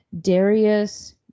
Darius